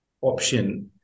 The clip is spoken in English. option